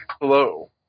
Hello